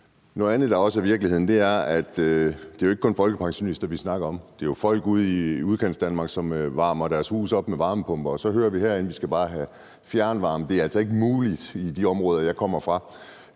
Noget andet, der også er virkeligheden, er, at det jo ikke kun er folkepensionister, vi snakker om. Det er jo folk ude i Udkantsdanmark, som varmer deres hus op med varmepumper, og så hører vi herinde, at de bare skal have fjernvarme. Det er altså ikke muligt i de områder, jeg kommer fra.